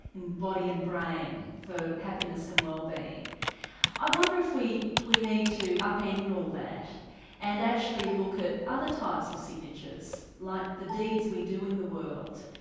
in body and brain for happiness and wellbeing i wonder if we we need to up-end all that and actually look at other types of signatures like the deeds we do in the world,